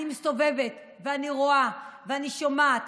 אני מסתובבת, אני רואה ואני שומעת.